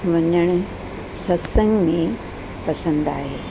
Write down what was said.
वञण सत्संग में पसंदि आहे